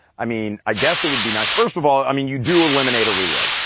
i mean, i guess it would be nice first of all i mean you do eliminate a reload,